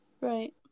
right